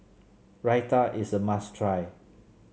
raita is a must try